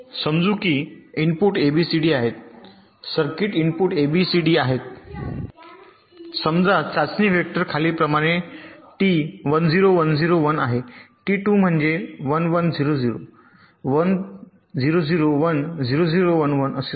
समजू की input A B C D आहेत सर्किट इनपुट एबीसी डी आहेत समजा चाचणी व्हेक्टर खालीलप्रमाणे टी 1 0 1 0 1 आहे टी 2 म्हणजे 1 1 0 0 1 0 0 1 0 0 1 1 असे समजू